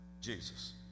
Jesus